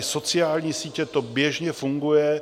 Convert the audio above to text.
Sociální sítě tady to běžně funguje.